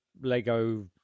Lego